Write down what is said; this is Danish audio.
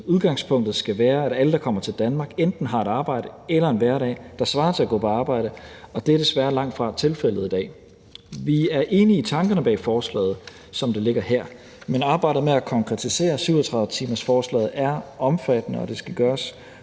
Udgangspunktet skal være, at alle, der kommer til Danmark, enten har et arbejde eller en hverdag, der svarer til at gå på arbejde. Det er desværre langtfra tilfældet i dag. Vi er enige i tankerne bag forslaget, som det ligger her, men arbejdet med at konkretisere 37-timersforslaget er omfattende, og det skal gøres